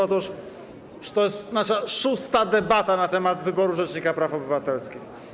Otóż to jest nasza szósta debata na temat wyboru rzecznika praw obywatelskich.